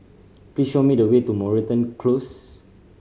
please show me the way to Moreton Close